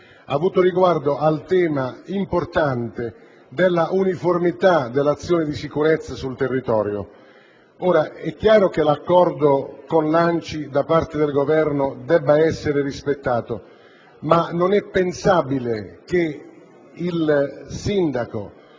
in Commissione sul tema importante dell'uniformità dell'azione di sicurezza sul territorio. È chiaro che l'accordo con l'ANCI assunto dal Governo debba essere rispettato, ma non è pensabile che il sindaco